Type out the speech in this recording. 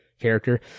character